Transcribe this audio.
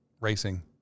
racing